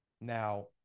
Now